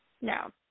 No